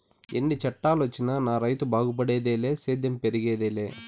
ఎన్ని చట్టాలొచ్చినా నా రైతు బాగుపడేదిలే సేద్యం పెరిగేదెలా